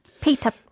Peter